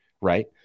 right